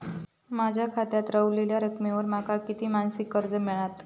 माझ्या खात्यात रव्हलेल्या रकमेवर माका किती मासिक कर्ज मिळात?